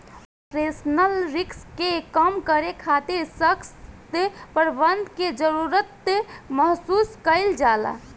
operational risk के कम करे खातिर ससक्त प्रबंधन के जरुरत महसूस कईल जाला